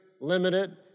limited